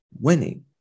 winning